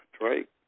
right